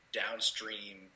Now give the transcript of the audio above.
downstream